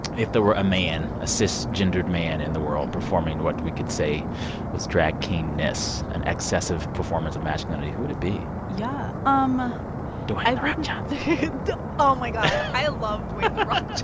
if there were a man, a cisgendered man in the world performing what we could say was drag-kingness, an excessive performance of masculinity, who would it be? yeah um dwayne the rock johnson oh, my i love dwayne the rock